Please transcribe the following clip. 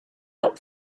out